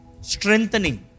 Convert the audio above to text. strengthening